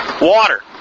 Water